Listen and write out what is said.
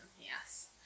Yes